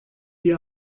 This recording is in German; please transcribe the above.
die